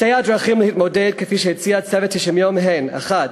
שתי הדרכים להתמודד, כפי שהציע צוות 90 הימים, הן: